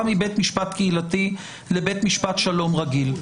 מבית משפט קהילתי לבית משפט שלום רגיל.